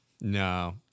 No